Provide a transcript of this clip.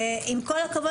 עם כל הכבוד,